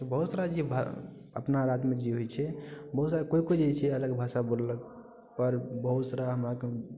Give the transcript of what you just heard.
बहुत रास जे भा अपना राज्यमे जे होइ छै बहुत सारा कोइ कोइ जे छै अलग भाषा बोललकपर बहुत सारा हमरा